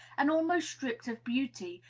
and almost stripped of beauty,